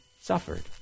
suffered